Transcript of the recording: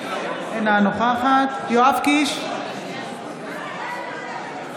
אינה נוכחת יואב קיש, בעד